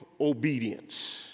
obedience